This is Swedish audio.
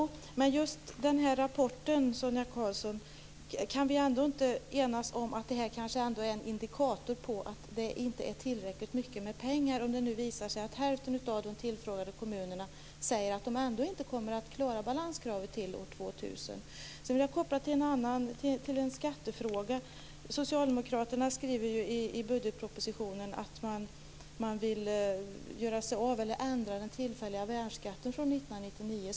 Herr talman! Kan vi ändå inte enas, Sonia Karlsson, om att den här rapporten kanske är en indikation på att pengarna inte räcker till, om det nu visar sig att hälften av de tillfrågade kommunerna säger att de ändå inte kommer att klara balanskravet till år 2000? Sedan vill jag knyta an till en skattefråga. Socialdemokraterna skriver i budgetpropositionen att man vill ändra den tillfälliga värnskatten från år 1999.